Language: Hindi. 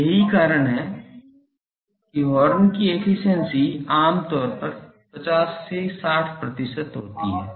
तो यही कारण है कि हॉर्न की एफिशिएंसी आमतौर पर 50 से 60 प्रतिशत होती है